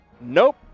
Nope